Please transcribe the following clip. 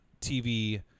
TV